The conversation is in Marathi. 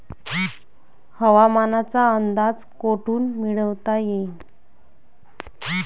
हवामानाचा अंदाज कोठून मिळवता येईन?